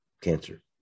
cancer